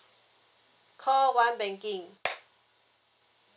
call one banking